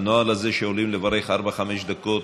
הנוהל הזה שעולים לברך ארבע-חמש דקות